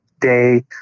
day